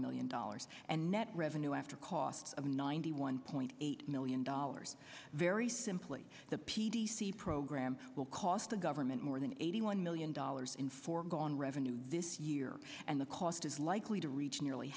million dollars and net revenue after cost of ninety one point eight million dollars very simply the p t c program will cost the government more than eighty one million dollars in foregone revenue this year and the cost is likely to reach nearly